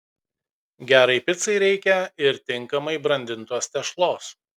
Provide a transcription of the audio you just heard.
gerai picai reikia ir tinkamai brandintos tešlos